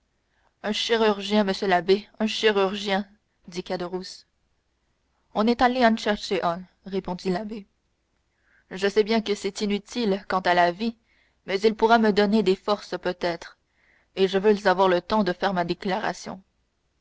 un chirurgien monsieur l'abbé un chirurgien dit caderousse on en est allé chercher un répondit l'abbé je sais bien que c'est inutile quant à la vie mais il pourra me donner des forces peut-être et je veux avoir le temps de faire ma déclaration